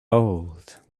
old